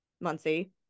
Muncie